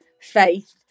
faith